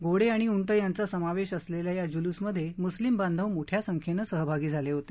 घोडे उंट यांचा समावेश असलेल्या या जुलूसमध्ये मुस्लिम बांधव मोठ्या संख्येनं सहभागी झाले होते